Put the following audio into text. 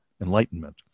enlightenment